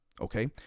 Okay